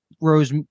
rose